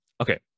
Okay